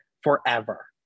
forever